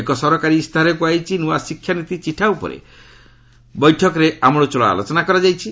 ଏକ ସରକାରୀ ଇସ୍ତାହାରରେ କୁହାଯାଇଛି ନୂଆ ଶିକ୍ଷାନୀତି ଚିଠା ଉପରେ ବୈଠକଗୁଡ଼ିକରେ ଆମ୍ବଳଚ୍ଚଳ ଆଲୋଚନା କରାଯାଇଛି